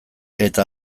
eta